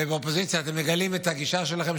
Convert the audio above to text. ובאופוזיציה אתם מגלים את הגישה שלכם,